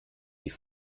wie